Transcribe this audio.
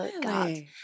God